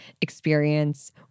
experience